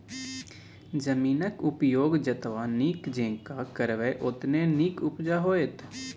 जमीनक उपयोग जतबा नीक जेंका करबै ओतने नीक उपजा होएत